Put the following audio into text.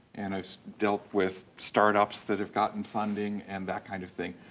and i've dealt with start ups that have gotten funding and that kind of thing.